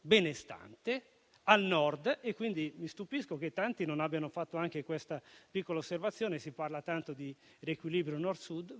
benestante, al Nord; quindi, mi stupisco che tanti non abbiano fatto anche questa piccola osservazione, visto che si parla tanto di riequilibrio Nord-Sud.